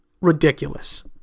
ridiculous